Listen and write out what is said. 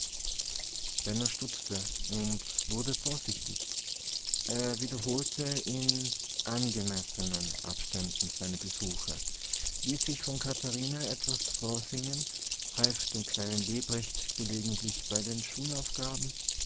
benno stutzte und wurde vorsichtig er wiederholte in angemessenen abständen seine besuche ließ sich von katharine etwas vorsingen half dem kleinen lebrecht gelegentlich bei den